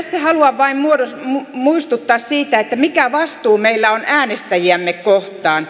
tässä haluan vain muistuttaa siitä mikä vastuu meillä on äänestäjiämme kohtaan